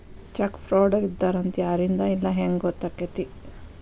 Check ಫ್ರಾಡರಿದ್ದಾರ ಅಂತ ಯಾರಿಂದಾ ಇಲ್ಲಾ ಹೆಂಗ್ ಗೊತ್ತಕ್ಕೇತಿ?